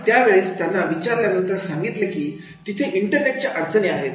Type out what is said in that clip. आणि त्या वेळेस त्यांना विचारल्यानंतर सांगितले की तिथे इंटरनेटच्या अडचणी आहेत